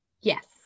yes